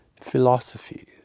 philosophy